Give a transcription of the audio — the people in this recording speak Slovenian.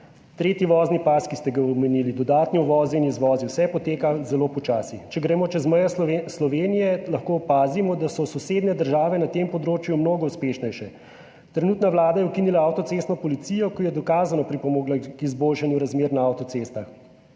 Tretji vozni pas, ki ste ga omenili, dodatni uvozi in izvozi, vse poteka zelo počasi. Če gremo čez mejo Slovenije, lahko opazimo, da so sosednje države na tem področju mnogo uspešnejše. Trenutna vlada je ukinila avtocestno policijo, ki je dokazano pripomogla k izboljšanju razmer na avtocestah.